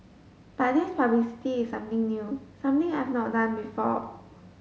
but this publicity is something new something I've not done before